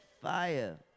fire